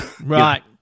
right